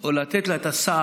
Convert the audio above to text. או לתת לו את הסעד,